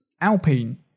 Alpine